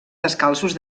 descalços